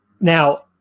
Now